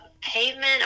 pavement